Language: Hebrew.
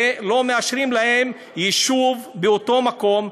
ולא מאשרים להם יישוב באותו מקום,